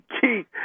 Keith